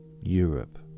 Europe